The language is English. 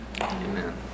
Amen